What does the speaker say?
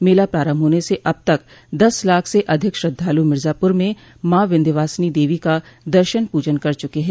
मेला प्रारम्भ होने से अब तक दस लाख से अधिक श्रद्धालु मिर्जापुर में मां विन्ध्यवासिनी देवी का दर्शन पूजन कर चुके है